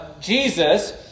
Jesus